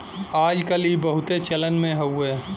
आज कल ई बहुते चलन मे हउवे